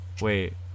Wait